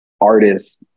artists